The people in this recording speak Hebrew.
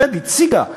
ובאמת הציגה,